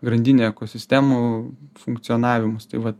grandinę ekosistemų funkcionavimus tai vat